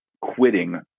quitting